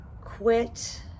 Quit